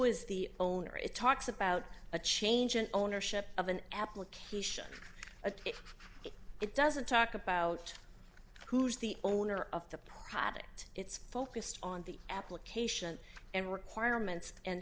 is the owner it talks about a change in ownership of an application a if it doesn't talk about who's the owner of the product it's focused on the application and requirements and